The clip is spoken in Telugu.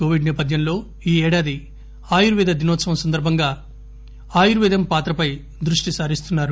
కోవిడ్ సేపథ్యంలో ఈ ఏడాది ఆయుర్వేద దినోత్సవం సందర్బంగా ఆయుర్వేదం పాత్రపై దృష్టి సారిస్తున్నారు